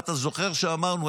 אתה גם זוכר שאמרנו,